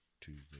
Tuesday